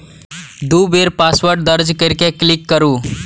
दू बेर पासवर्ड दर्ज कैर के क्लिक करू